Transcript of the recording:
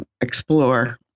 explore